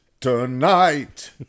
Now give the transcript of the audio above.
Tonight